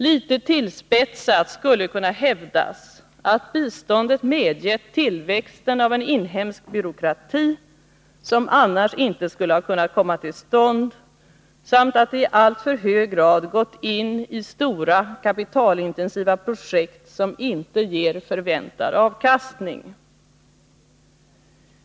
Litet tillspetsat skulle kunna hävdas att biståndet medgett tillväxten av en inhemsk byråkrati som annars inte skulle ha kunnat komma till stånd samt att det i alltför hög grad gått in i stora kapitalintensiva projekt som inte ger förväntad avkastning.